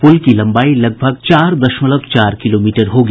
पुल की लंबाई लगभग चार दशमलव चार किलोमीटर होगी